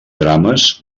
drames